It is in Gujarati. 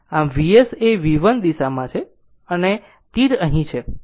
આમ Vs એ V1 દિશા માં છે અને તીર અહીં છે